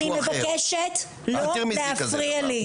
אני מבקשת לא להפריע לי.